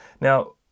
Now